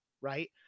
Right